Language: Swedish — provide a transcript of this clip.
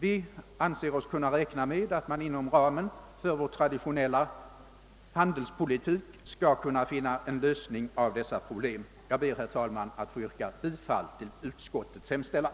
Vi anser oss kunna räkna med att man inom ramen för vårt lands tra ditionella handelspolitik skall kunna finna en lösning av dessa problem. Jag ber, herr talman, att få yrka bifall till utskottets hemställan.